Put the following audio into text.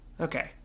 Okay